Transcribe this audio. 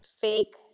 fake